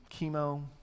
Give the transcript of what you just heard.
chemo